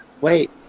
wait